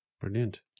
Brilliant